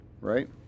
right